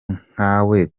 nkawe